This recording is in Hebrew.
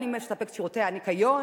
אני מספק את שירותי הניקיון,